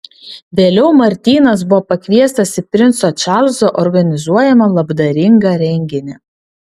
vėliau martynas buvo pakviestas į princo čarlzo organizuojamą labdaringą renginį